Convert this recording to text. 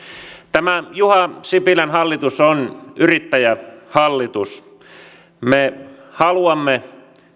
tämä juha sipilän hallitus on yrittäjähallitus me haluamme